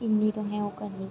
इन्नी तुसें ओह् करनी